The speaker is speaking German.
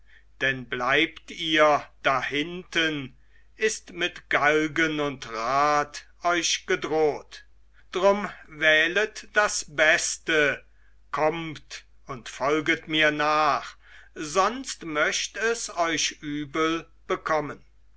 denn bleibt ihr dahinten ist mit galgen und rad euch gedroht drum wählet das beste kommt und folget mir nach sonst möcht es euch übel bekommen